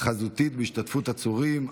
חזותית בהשתתפות עצורים,